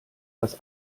das